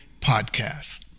Podcast